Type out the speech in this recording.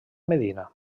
medina